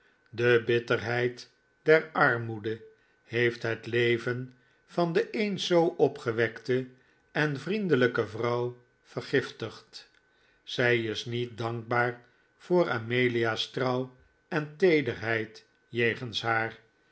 de bitterheid der armoede heeft het leven van de eens zoo opgewekte en vriendelijke vrouw vergiftigd zij is niet dankbaar voor amelia's trouw en teederheid jegens haar